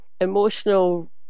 Emotional